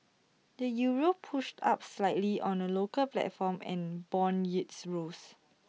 the euro pushed up slightly on the local platform and Bond yields rose